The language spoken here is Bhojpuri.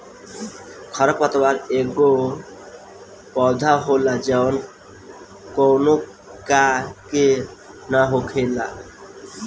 खर पतवार एगो पौधा होला जवन कौनो का के न हो खेला